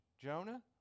Jonah